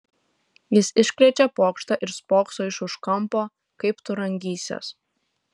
jis iškrečia pokštą ir spokso iš už kampo kaip tu rangysies